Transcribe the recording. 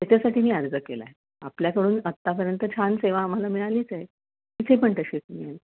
त्याच्यासाठी मी अर्ज केला आहे आपल्याकडून आत्तापर्यंत छान सेवा आम्हाला मिळालीच आहे इ पण तशीच मिळेल